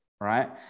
right